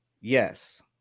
Yes